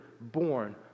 born